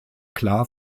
klar